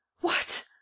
What